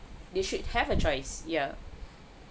they should have a choice yeah